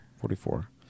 Forty-four